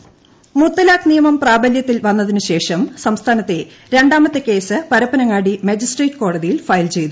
മുത്തലാഖ് മുത്തലാഖ് നിയമം പ്രാബലൃത്തിൽ വന്നതിന് ശേഷം സംസ്ഥാനത്തെ രണ്ടാമത്തെ കേസ് പരപ്പനങ്ങാടി മജിസ്ട്രേട്ട് കോടതിയിൽ ഫയൽ ചെയ്തു